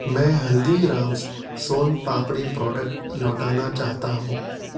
میں Haldiram's son papdi product لوٹانا چاہتا ہوں